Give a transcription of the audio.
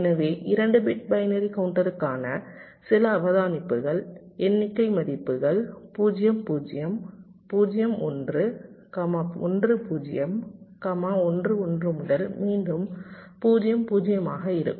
எனவே 2 bit binary கவுண்டருக்கான சில அவதானிப்புகள் எண்ணிக்கை மதிப்புகள் 0 0 0 1 1 0 1 1 முதல் மீண்டும் 0 0 ஆக இருக்கும்